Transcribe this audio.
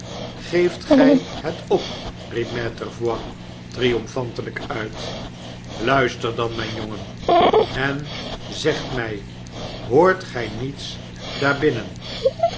geeft gij het op riep maitre voigt triomfantelijk uit luister dan mijn jongen en zegt mij hoort gij niets daar binnen